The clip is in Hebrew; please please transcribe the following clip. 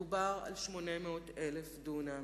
מדובר על 800,000 דונם